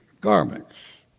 garments